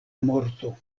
morto